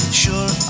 sure